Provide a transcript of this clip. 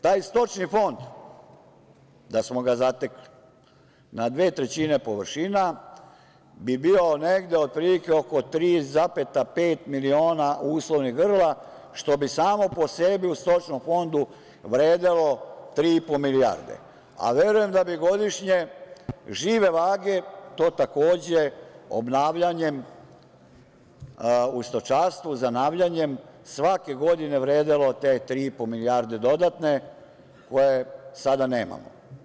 Taj stočni fond, da smo ga zatekli, na dve trećine površina bi bio negde otprilike oko 3,5 miliona uslovnih grla, što bi samo po sebi u stočnom fondu vredelo 3,5 milijarde, a verujem da bi godišnje žive vage, takođe obnavljanjem u stočarstvu, zanavljanjem, svake godine vredelo te 3,5 milijarde dodatne koje sada nemamo.